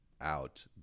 out